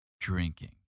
Drinking